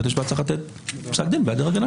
בית משפט צריך לתת פסק דין בהיעדר הגנה.